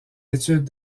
études